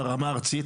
ברמה הארצית,